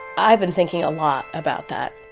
i've been thinking a lot about that